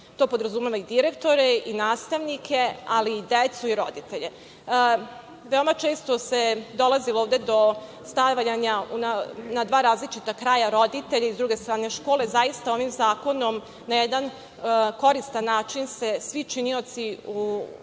To podrazumeva i direktore i nastavnike, ali i decu i roditelje. Veoma često se dolazilo ovde do stavljanja na dva različita kraja roditelje i s druge strane škole. Zaista, ovim zakonom, na jedan koristan način se svi činioci